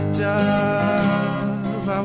dove